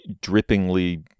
drippingly